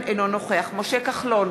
אינו נוכח משה כחלון,